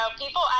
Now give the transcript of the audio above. people